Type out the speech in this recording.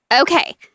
Okay